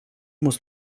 muss